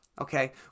Okay